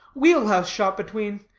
wheel-house shot between.